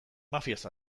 mafiaz